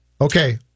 Okay